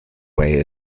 way